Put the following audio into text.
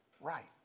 right